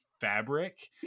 fabric